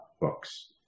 books